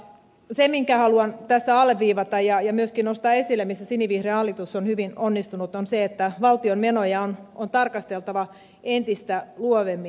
se minkä haluan tässä alleviivata ja myöskin nostaa esille missä sinivihreä hallitus on hyvin onnistunut on se että valtion menoja on tarkasteltava entistä luovemmin